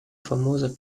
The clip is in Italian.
famosa